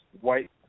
white